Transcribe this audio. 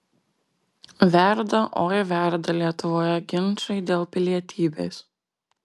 verda oi verda lietuvoje ginčai dėl pilietybės